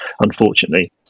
unfortunately